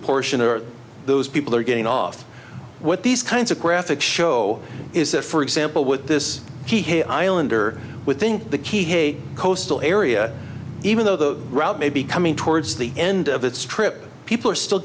portion or those people are getting off with these kinds of graphic show is that for example with this key hey islander would think the key hey coastal area even though the route may be coming towards the end of its trip people are still